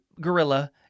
gorilla